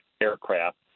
aircraft